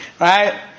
Right